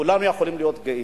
כולם יכולים להיות גאים.